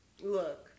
look